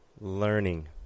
learning